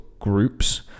groups